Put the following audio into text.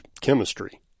chemistry